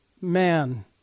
man